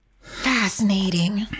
Fascinating